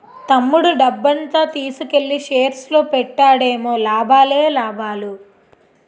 తమ్ముడు డబ్బంతా తీసుకెల్లి షేర్స్ లో పెట్టాడేమో లాభాలే లాభాలు